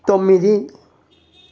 తొమ్మిది